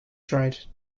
tried